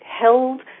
held